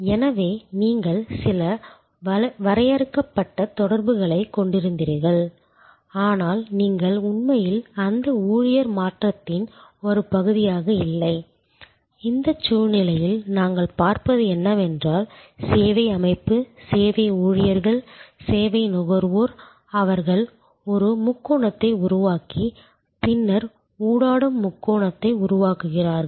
எனவே நீங்கள் சில வரையறுக்கப்பட்ட தொடர்புகளைக் கொண்டிருந்தீர்கள் ஆனால் நீங்கள் உண்மையில் அந்த ஊழியர் மாற்றத்தின் ஒரு பகுதியாக இல்லை இந்தச் சூழ்நிலையில் நாங்கள் பார்ப்பது என்னவென்றால் சேவை அமைப்பு சேவை ஊழியர்கள் சேவை நுகர்வோர் அவர்கள் ஒரு முக்கோணத்தை உருவாக்கி பின்னர் ஊடாடும் முக்கோணத்தை உருவாக்குகிறார்கள்